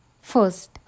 First